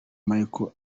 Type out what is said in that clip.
michael